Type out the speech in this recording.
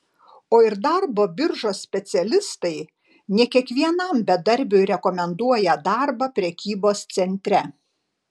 o ir darbo biržos specialistai ne kiekvienam bedarbiui rekomenduoja darbą prekybos centre